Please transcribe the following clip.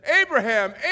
Abraham